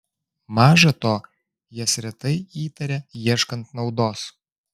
maža to jas retai įtaria ieškant naudos